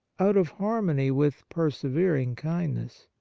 out of harmony with persevering kindness.